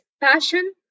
passion